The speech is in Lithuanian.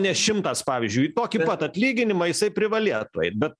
ne šimtas pavyzdžiui tokį pat atlyginimą jisai privalėtų eit bet